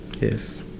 Yes